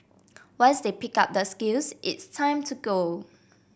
once they pick up the skills it's time to go